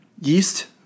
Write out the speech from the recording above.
yeast